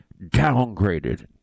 Downgraded